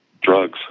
Drugs